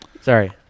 Sorry